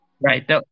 right